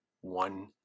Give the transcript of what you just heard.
one